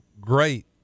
great